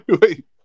Wait